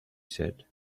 said